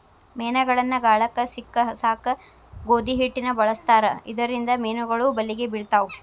ಮೇನಗಳನ್ನ ಗಾಳಕ್ಕ ಸಿಕ್ಕಸಾಕ ಗೋಧಿ ಹಿಟ್ಟನ ಬಳಸ್ತಾರ ಇದರಿಂದ ಮೇನುಗಳು ಬಲಿಗೆ ಬಿಳ್ತಾವ